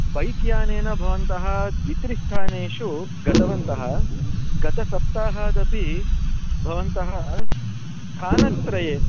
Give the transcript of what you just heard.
बैक्यानेन भवन्तः द्वित्रिस्थानेषु गतवन्तः गतसप्ताहादपि भवन्तः स्थानत्रये